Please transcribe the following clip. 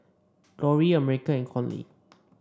Loree America and Conley